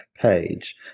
page